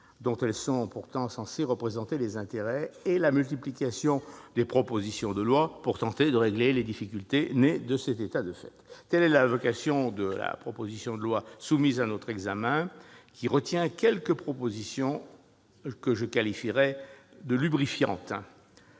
communautés sont pourtant censées représenter les intérêts, et à une probable multiplication de propositions de loi pour tenter de régler les difficultés nées de cet état de fait. Tel est d'ailleurs l'objet du texte soumis à notre examen, qui retient quelques propositions que je qualifierai de « lubrifiantes